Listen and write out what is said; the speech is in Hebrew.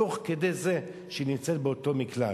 תוך כדי זה שהיא נמצאת באותו מקלט,